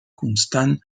constant